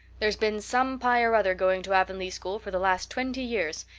there's been some pye or other going to avonlea school for the last twenty years,